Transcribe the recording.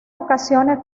ocasiones